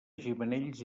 gimenells